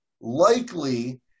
Likely